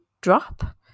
drop